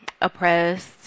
oppressed